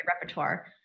repertoire